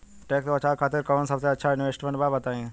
Tax बचावे खातिर कऊन सबसे अच्छा इन्वेस्टमेंट बा बताई?